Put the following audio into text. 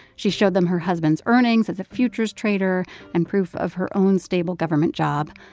she showed them her husband's earnings as a futures trader and proof of her own stable government job.